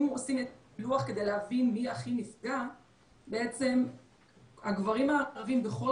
אם עושים פילוח כדי להבין מי הכי נפגע בעצם הגברים הערבים בכל